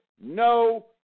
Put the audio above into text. no